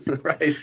Right